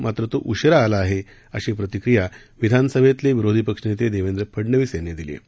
मात्र तो उशीरा आला आहे अशी प्रतिक्रिया विधानसभेतले विरोधी पक्षनेते देवेंद्र फडनवीस यांनी दिली आहे